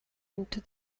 into